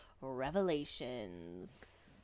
Revelations